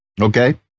Okay